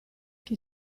che